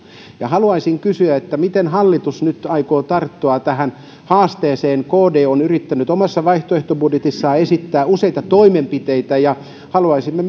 ja haluaisin kysyä miten hallitus nyt aikoo tarttua tähän haasteeseen kd on yrittänyt omassa vaihtoehtobudjetissaan esittää useita toimenpiteitä ja haluaisimme